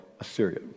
Assyria